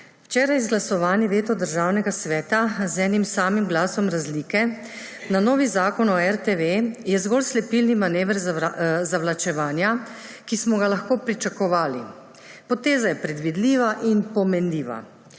Včeraj izglasovani veto Državnega sveta z enim samim glasom razlike na novi zakon o RTV je zgolj slepilni manever zavlačevanja, ki smo ga lahko pričakovali. Poteza je predvidljiva in pomenljiva.